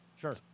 Sure